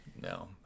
no